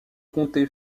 comtés